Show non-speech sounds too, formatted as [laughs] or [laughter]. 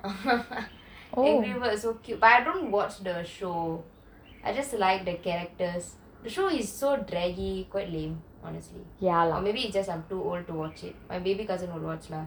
[laughs] angry birds so cute but I don't watch the show I just like the characters the show is so draggy quite lame honestly or maybe it's I'm too old to watch it my baby cousin would watch lah